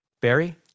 Barry